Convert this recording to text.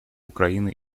украины